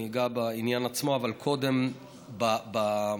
אני אגע בעניין עצמו, אבל קודם, במשמעות.